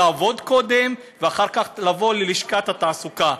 קודם לעבוד ואחר כך לבוא ללשכת התעסוקה.